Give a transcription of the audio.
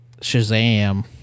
Shazam